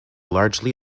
largely